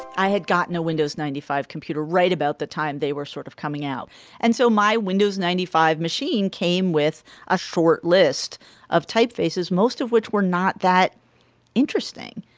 i had gotten a windows ninety five computer right about the time they were sort of coming out and so my windows ninety five machine came with a short list of typefaces most of which were not that interesting.